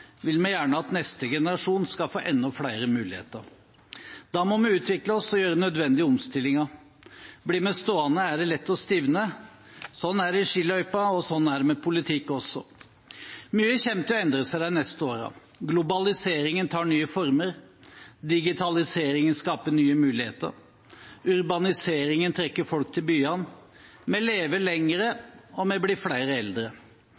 vil vi gjerne at neste generasjon skal få enda flere muligheter. Da må vi utvikle oss og gjøre nødvendige omstillinger. Blir vi stående, er det lett å stivne – slik er det i skiløypa, og slik er det med politikk også. Mye kommer til å endre seg de neste årene. Globaliseringen tar nye former, digitaliseringen skaper nye muligheter, urbaniseringen trekker folk til byene, vi lever lenger, og vi blir flere eldre.